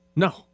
No